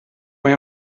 mae